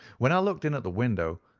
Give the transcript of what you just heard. when i looked in at the window,